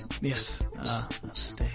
Yes